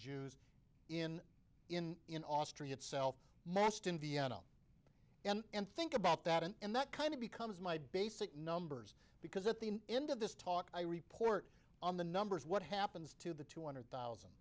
jews in in in austria itself massed in vienna and think about that and in that kind of becomes my basic numbers because at the end of this talk i report on the numbers what happens to the two hundred thousand